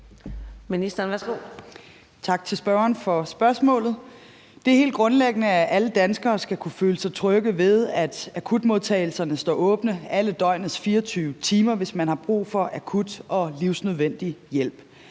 Tak til spørgeren for spørgsmålet. Det er helt grundlæggende, at alle danskere skal kunne føle sig trygge ved, at akutmodtagelserne står åbne alle døgnets 24 timer, hvis man har brug for akut og livsnødvendig hjælp.